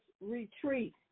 retreat